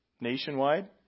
nationwide